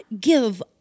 give